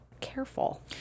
careful